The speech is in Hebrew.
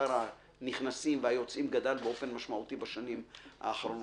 מספר הנכנסים והיוצאים גדל באופן משמעותי בשנים האחרונות.